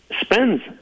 spends